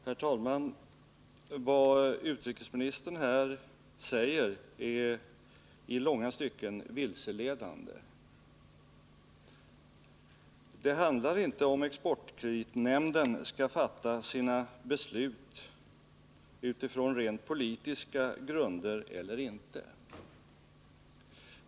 Herr talman! Vad utrikesministern här säger är i långa stycken vilseledande. Det handlar inte om huruvida Exportkreditnämnden skall fatta sina beslut utifrån rent politiska grunder eller inte.